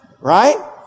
right